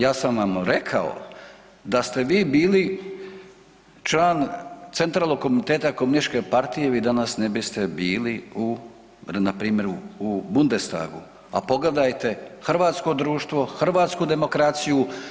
Ja sam vam rekao da ste vi bili član Centralnog komiteta komunističke partije vi danas ne biste bili u, npr. u Bundestagu, a pogledajte hrvatsko društvo, hrvatsku demokraciju.